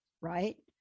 right